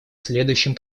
следующим